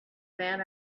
man